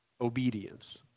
obedience